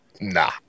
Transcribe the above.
Nah